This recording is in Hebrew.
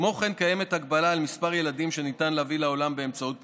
כמו כן קיימת הגבלה על מספר הילדים שניתן להביא לעולם באמצעות פונדקאות.